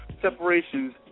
separations